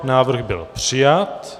Návrh byl přijat.